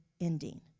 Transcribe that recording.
ending